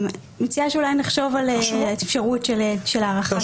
אני מציעה שאולי נחשוב על האפשרות של הארכת התקופה הזאת.